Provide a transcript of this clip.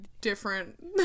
different